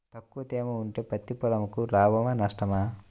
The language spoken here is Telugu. తక్కువ తేమ ఉంటే పత్తి పొలంకు లాభమా? నష్టమా?